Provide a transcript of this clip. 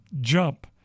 jump